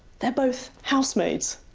they're both housemaids.